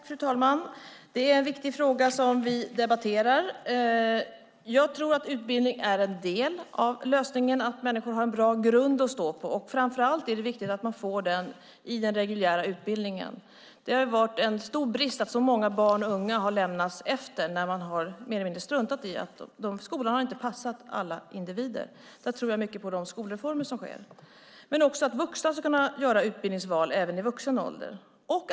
Fru talman! Det här är en viktig fråga som vi debatterar. Jag tror att utbildning är en del av lösningen, det vill säga att människor har en bra grund att stå på. Framför allt är det viktigt att man får den grunden i den reguljära utbildningen. Det har varit en stor brist att så många barn och unga har släpat efter. Skolorna har inte passat alla individer. Därför tror jag mycket på de skolreformer som nu sker. Vuxna ska också kunna göra utbildningsval i vuxen ålder.